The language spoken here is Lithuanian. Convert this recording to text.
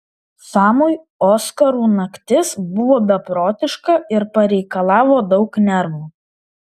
samui oskarų naktis buvo beprotiška ir pareikalavo daug nervų